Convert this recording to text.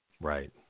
Right